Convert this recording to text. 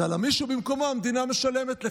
אז על המישהו במקומו המדינה משלמת לך,